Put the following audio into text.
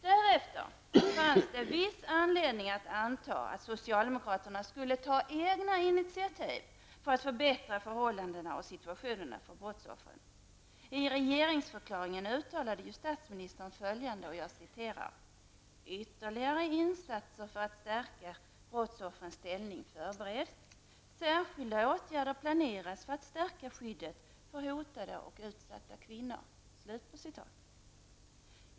Därefter fanns det en viss anledning att anta att socialdemokraterna skulle ta egna initiativ för att förbättra situationen för brottsoffren. I regeringsförklaringen uttalade ju statsministern följande: ''Ytterligare insatser för att stärka brottsoffrens ställning förbereds. Särskilda åtgärder planeras för att stärka skyddet för hotade och utsatta kvinnor.''